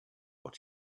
what